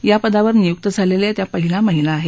यापदावर नियुक झालेल्या त्या पहिल्या महिला आहेत